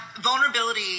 vulnerability